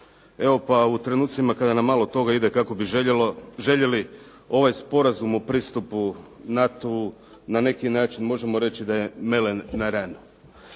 Evo, pa u trenucima kada nam malo toga ide kako bi željeli, ovaj Sporazum o pristupu NATO-u na neki način možemo reći da je melem na ranu.